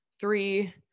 Three